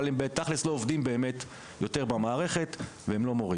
אבל בתכלס הם לא באמת עובדים במערכת יותר והם לא מורים.